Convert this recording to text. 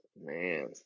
Man